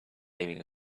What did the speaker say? living